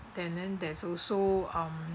and then there's also um